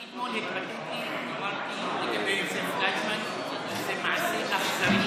אני אתמול התבטאתי ואמרתי לגבי יוסף פליישמן שזה מעשה אכזרי,